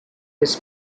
his